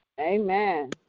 Amen